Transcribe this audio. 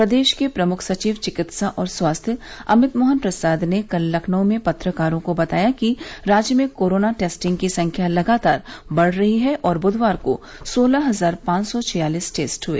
प्रदेश के प्रमुख सचिव चिकित्सा और स्वास्थ्य अमित मोहन प्रसाद ने कल लखनऊ में पत्रकारों को बताया कि राज्य में कोरोना टेस्टिंग की संख्या लगातार बढ़ रही है और व्धवार को सोलह हजार पांच सौ छियालीस टेस्ट हुए